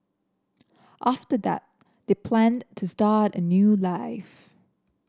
after that they planned to start a new life